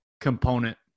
component